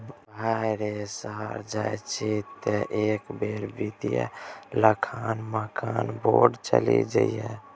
भाय रे शहर जाय छी तँ एक बेर वित्तीय लेखांकन मानक बोर्ड चलि जइहै